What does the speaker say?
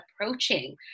approaching